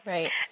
Right